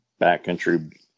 backcountry